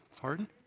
Pardon